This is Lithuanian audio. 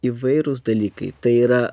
įvairūs dalykai tai yra